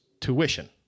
tuition